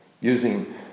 using